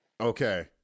Okay